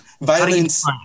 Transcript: Violence